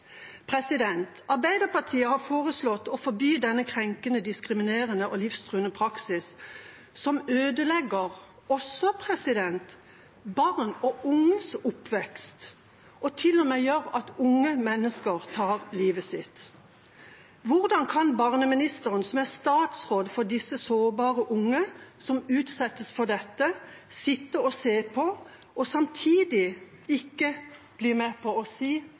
Arbeiderpartiet har foreslått å forby denne krenkende, diskriminerende og livstruende praksisen, som også ødelegger barn og unges oppvekst, og til og med gjør at unge mennesker tar livet sitt. Hvordan kan barneministeren, som er statsråd for disse sårbare unge som utsettes for dette, sitte og se på, og samtidig ikke bli med på å si